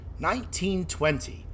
1920